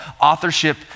authorship